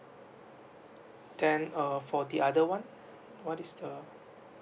then uh for the other one what is the